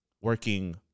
working